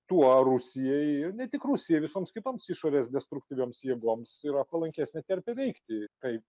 tuo rusijai ir ne tik rusijai visoms kitoms išorės destruktyvioms jėgoms yra palankesnė terpė veikti kaip